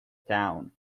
town